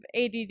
add